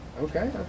Okay